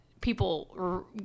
people